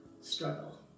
struggle